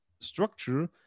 structure